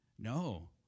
No